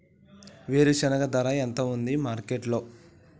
వేరుశెనగ ధర ఎంత ఉంది మార్కెట్ లో?